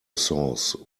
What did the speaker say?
sauce